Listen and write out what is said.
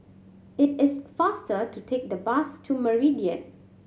it is faster to take the bus to Meridian